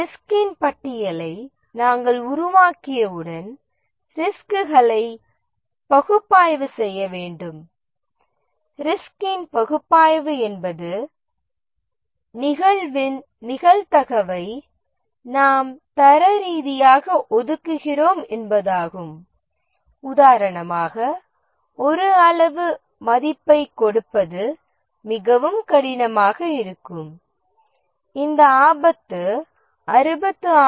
ரிஸ்கின் பட்டியலை நாம் உருவாக்கியவுடன் ரிஸ்க்குகளை பகுப்பாய்வு செய்ய வேண்டும் ரிஸ்கின் பகுப்பாய்வு என்பது ஒரு நிகழ்வின் நிகழ்தகவை நாம் தர ரீதியாக ஒதுக்குகிறோம் என்பதாகும் உதாரணமாக ஒரு அளவு மதிப்பைக் கொடுப்பது மிகவும் கடினமாக இருக்கும் இந்த ஆபத்து 66